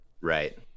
Right